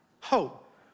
Hope